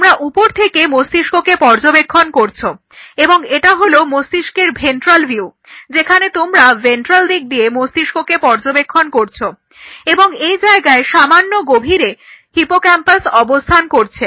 তোমরা উপর থেকে মস্তিষ্ককে পর্যবেক্ষণ করছো এবং এটা হলো মস্তিষ্কের ভেন্ট্রাল ভিউ যেখানে তোমরা ভেন্ট্রাল দিক দিয়ে মস্তিষ্ককে পর্যবেক্ষণ করছো এবং এই জায়গায় সামান্য গভীরে হিপোক্যাম্পাস অবস্থান করছে